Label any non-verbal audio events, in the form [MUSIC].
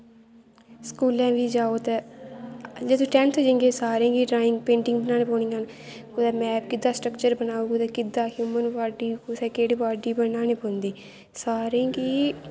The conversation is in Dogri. स्कूलें गी बी जाओ ते टैंथ जंदे सारें दी ड्राइंग पेंटिंग बनाने पौनियां न कुदै मैप दा स्टकचर बनाओ कुदै केह्दा [UNINTELLIGIBLE] बनाना पौंदी सारें गी